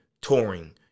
touring